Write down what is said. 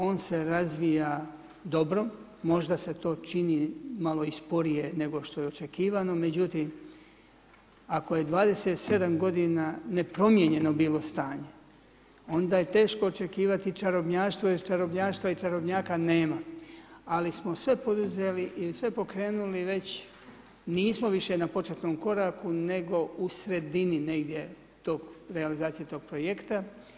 On se razvija dobro, možda se to čini malo i sporije nego što je očekivano međutim ako je 27 godina nepromijenjeno bilo stanje onda je teško očekivati čarobnjaštvo jer čarobnjaštva i čarobnjaka nema ali smo sve poduzeli i sve pokrenuli već, nismo više na početnom koraku nego u sredini negdje tog, realizacije tog projekta.